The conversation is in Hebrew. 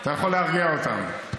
אתה יכול להרגיע אותם.